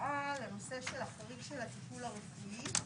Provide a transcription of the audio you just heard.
בהקראה בנושא של החריג של הטיפול הרפואי.